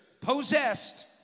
possessed